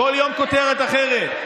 כל יום כותרת אחרת.